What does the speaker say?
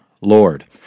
Lord